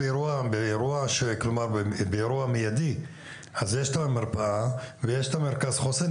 באירוע מידי יש את המרפאה ויש את מרכז החוסן.